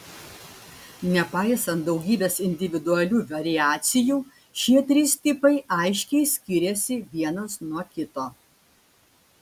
nepaisant daugybės individualių variacijų šie trys tipai aiškiai skiriasi vienas nuo kito